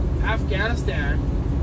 Afghanistan